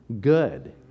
good